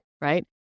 right